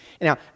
Now